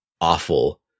awful